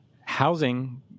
housing